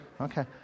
okay